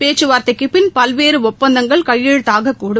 பேச்சு வாரத்தைக்கு பின் பல்வேறு ஒப்பந்தங்கள் கையெழுத்தாகக் கூடும்